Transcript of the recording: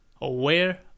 aware